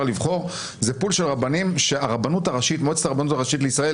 לבחור זה פול של רבנים שמועצת הרבנות הראשית לישראל